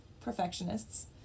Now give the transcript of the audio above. perfectionists